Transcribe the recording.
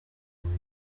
ubu